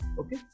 okay